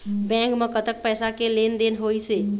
Bank म कतक पैसा के लेन देन होइस हे?